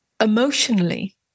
emotionally